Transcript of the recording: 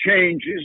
changes